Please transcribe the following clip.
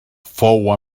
fou